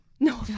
no